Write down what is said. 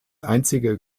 einzige